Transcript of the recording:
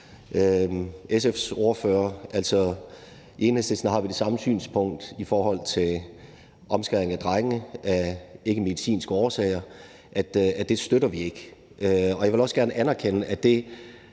Andersen. Altså, Enhedslisten har det samme synspunkt i forhold til omskæring af drenge af ikkemedicinske årsager, nemlig at det støtter vi ikke. Jeg vil også gerne anerkende, at det,